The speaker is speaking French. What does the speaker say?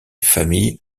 famille